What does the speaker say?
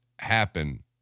happen